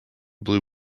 blue